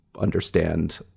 understand